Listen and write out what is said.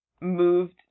moved